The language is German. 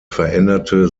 veränderte